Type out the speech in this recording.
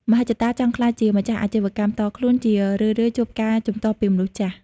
មហិច្ឆតាចង់ក្លាយជាម្ចាស់អាជីវកម្មផ្ទាល់ខ្លួន ជារឿយៗជួបការជំទាស់ពីមនុស្សចាស់។